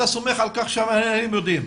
אתה סומך על כך שהם יודעים.